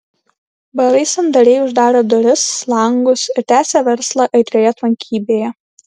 barai sandariai uždarė duris langus ir tęsė verslą aitrioje tvankybėje